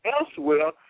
elsewhere